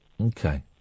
Okay